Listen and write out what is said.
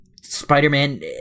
spider-man